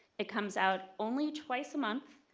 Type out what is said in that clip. it comes out only twice a month,